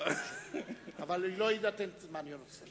אבל לא יינתן זמן נוסף.